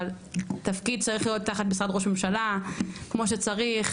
אבל תפקיד צריך להיות תחת משרד ראש ממשלה כמו שצריך,